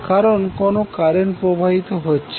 কারণ কোনও কারেন্ট প্রবাহিত হচ্ছে না